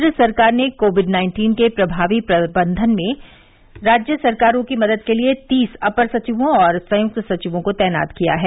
केंद्र सरकार ने कोविड नाइन्टीन के प्रभावी प्रबंधन में राज्य सरकारों की मदद के लिए तीस अपर सचिवों और संयुक्त सचिवों को तैनात किया है